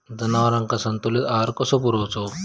जनावरांका संतुलित आहार कसो पुरवायचो?